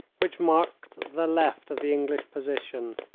which marked the left of the english position.